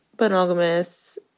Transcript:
monogamous